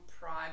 Prime